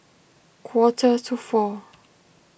quarter to four